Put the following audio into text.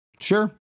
Sure